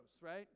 right